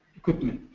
equipment.